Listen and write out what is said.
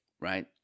right